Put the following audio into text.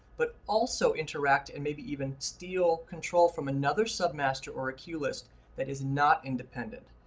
but also interact and maybe even steal control from another submaster or a cue list that is not independent.